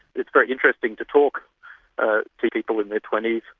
it's very interesting to talk ah to people in their twenty